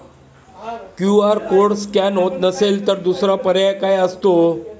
QR code scan होत नसेल तर दुसरा पर्याय काय असतो?